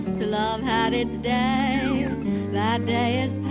love had its day that day is